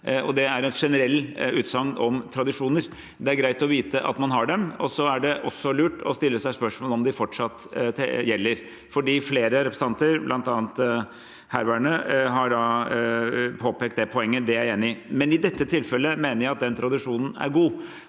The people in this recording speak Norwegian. Det er et generelt utsagn om tradisjoner. Det er greit å vite at man har dem, og så er det også lurt å stille seg spørsmålet om de fortsatt gjelder. Flere representanter, bl.a. herværende, har påpekt det poenget. Det er jeg enig i. Men i dette tilfellet mener jeg at den tradisjonen er god,